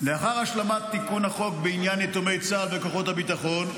לאחר השלמת תיקון החוק בעניין יתומי צה"ל וכוחות הביטחון,